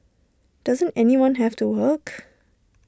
doesn't anyone have to work